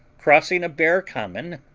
crossing a bare common,